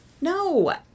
no